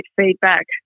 feedback